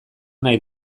nahi